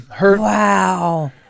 Wow